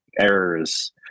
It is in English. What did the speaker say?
errors